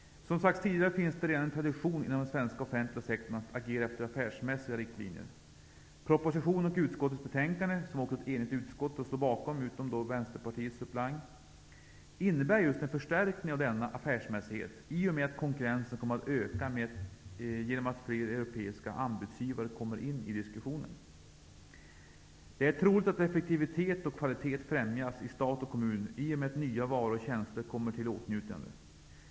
Som har sagts tidigare finns det redan en tradition inom den svenska offentliga sektorn att agera efter affärsmässiga riktlinjer. Propositionen och utskottets hemställan, som ett enigt utskott står bakom, bortsett från Vänsterpartiets suppleant, innebär en förstärkning av denna affärsmässighet i och med att konkurrensen kommer att öka då fler europeiska anbudsgivare kommer in i diskussionen. Det är troligt att effektivitet och kvalitet främjas i stat och kommun i och med att nya varor och tjänster kommer till åtnjutande.